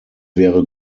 wäre